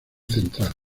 central